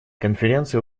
конференция